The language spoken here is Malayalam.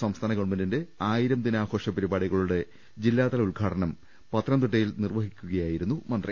സംസ്ഥാന ഗവൺമെന്റിന്റെ ആയിരം ദിനാഘോഷപരിപാടികളുടെ ജില്ലാ തല ഉദ്ഘാടനം പത്തനംതിട്ടയിൽ നിർവഹിക്കുകയായിരുന്നു മന്ത്രി